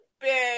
big